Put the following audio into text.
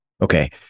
Okay